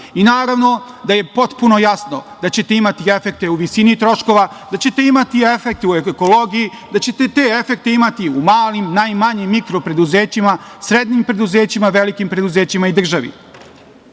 Naravno da je potpuno jasno da ćete imati efekte u visini troškova, da ćete imati efekte u ekologije, da ćete te efekte imati u malim, najmanjim, mikro preduzećima, srednjim preduzećima, velikim preduzećima i državi. Mnogo